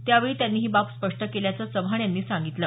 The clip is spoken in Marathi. त्यावेळी त्यांनी ही बाब स्पष्ट केल्याचं चव्हाण यांनी सांगितलं